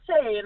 say